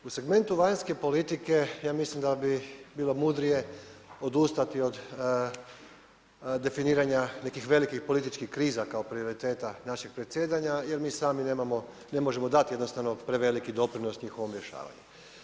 U segmentu vanjske politike ja mislim da bi bilo mudrije odustati od definiranja nekih velikih političkih kriza kao prioriteta našeg predsjedanja jer mi sami ne možemo dati jednostavno preveliki doprinos njihovom rješavanju.